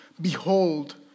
Behold